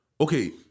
Okay